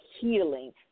healing